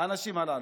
האנשים הללו.